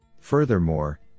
Furthermore